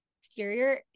exterior